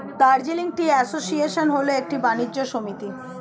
Darjeeling tea association হল একটি বাণিজ্য সমিতি